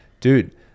dude